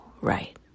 right